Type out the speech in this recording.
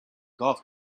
golf